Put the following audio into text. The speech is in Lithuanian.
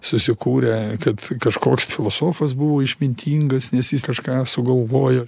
susikūrę kad kažkoks filosofas buvo išmintingas nes jis kažką sugalvojo